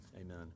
Amen